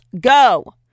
go